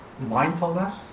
mindfulness